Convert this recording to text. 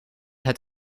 het